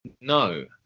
No